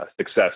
success